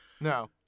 No